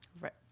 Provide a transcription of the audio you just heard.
Right